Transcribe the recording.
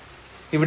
ഇവിടെ നമുക്ക് 0